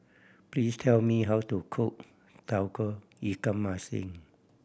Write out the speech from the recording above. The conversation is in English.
please tell me how to cook Tauge Ikan Masin